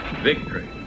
victory